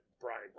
Brian